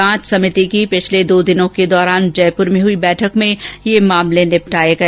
जांच समिति की पिछले दो दिनों के दौरान जयपुर में हुई बैठक में ये मामले निपटाए गए